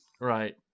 Right